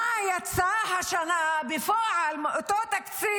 מה יצא השנה בפועל מאותו תקציב,